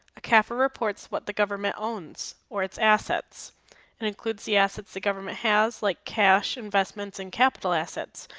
a cafr reports what the government owns or its assets and includes the assets the government has like cash investments and capital assets,